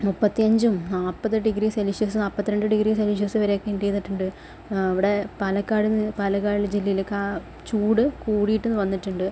മുപ്പത്തിയഞ്ചും നാല്പത് ഡിഗ്രീ സെൽഷ്യസും നാൽപ്പത്തി രണ്ട് ഡിഗ്രി സെൽഷ്യസു വരെ ഒക്കെ എന്തു ചെയ്തിട്ടുണ്ട് ഇവിടെ പാലക്കാട് പാലക്കാട് ജില്ലയിലൊക്കെ ചൂട് കൂടിയിട്ട് വന്നിട്ടുണ്ട്